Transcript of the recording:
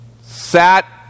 sat